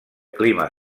clima